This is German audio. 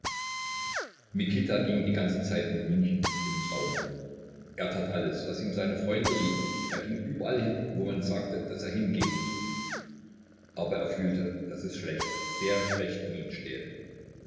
mikita ging die ganze zeit in münchen wie im traume er tat alles was ihm seine freunde rieten er ging überall hin wo man sagte daß er hingehen müsse aber er fühlte daß es schlecht sehr schlecht um ihn stehe